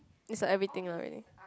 it's like everything lah really